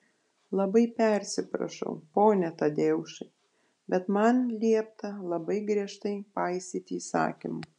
labai persiprašau pone tadeušai bet man liepta labai griežtai paisyti įsakymų